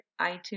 iTunes